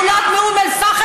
תתביישי לך, מסיתה.